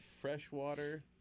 freshwater